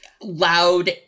loud